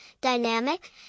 dynamic